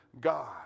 God